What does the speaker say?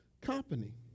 company